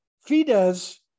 fides